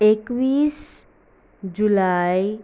एकवीस जुलाय